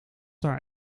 haar